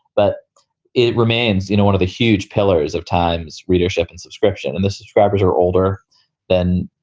but it remains, you know, one of the huge pillars of times readership and subscription. and the subscribers are older than,